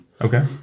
Okay